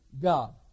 god